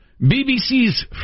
BBC's